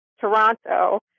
Toronto